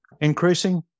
increasing